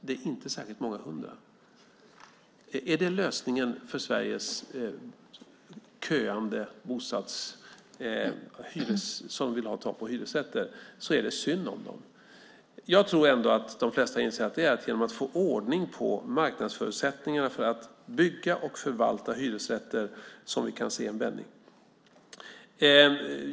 Det är inte särskilt många hundra. Om det är lösningen för dem som köar för att få tag i en hyresrätt är det synd om dem. Jag tror att de flesta inser att genom att få ordning på marknadsförutsättningarna för att bygga och förvalta hyresrätter kommer vi att kunna se en vändning.